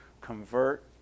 convert